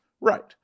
Right